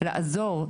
לעזור,